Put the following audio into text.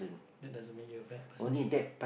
that doesn't make you a bad person ah